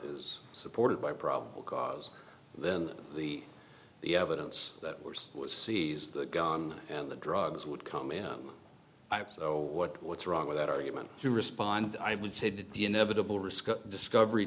is supported by probable cause then the the evidence that were seized the gun and the drugs would come in i'm so what what's wrong with that argument to respond i would say to the inevitable risk of discovery